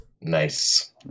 Nice